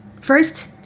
First